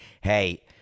hey